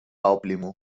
آبلیمو